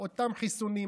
אותם חיסונים.